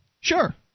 Sure